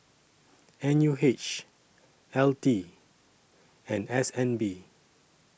N U H L T and S N B